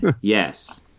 Yes